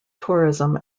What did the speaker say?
tourism